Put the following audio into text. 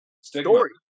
story